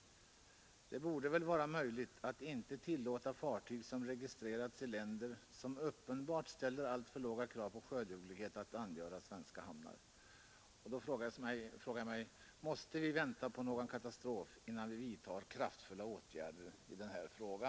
Det borde väl vara möjligt att inte tillåta fartyg som registrerats i länder, där man uppenbart ställer alltför låga krav på sjöduglighet, att angöra svenska hamnar. Jag frågar mig: Måste vi vänta på en katastrof innan vi vidtar kraftfulla åtgärder i denna fråga?